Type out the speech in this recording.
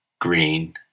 green